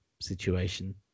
situation